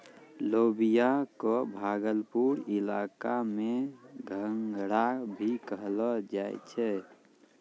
लोबिया कॅ भागलपुर इलाका मॅ घंघरा भी कहलो जाय छै